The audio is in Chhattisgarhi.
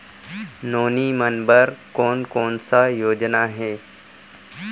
नोनी मन बर कोन कोन स योजना हे?